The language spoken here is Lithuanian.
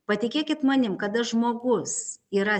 patikėkit manim kada žmogus yra